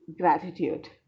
gratitude